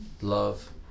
love